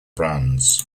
brands